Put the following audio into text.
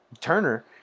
Turner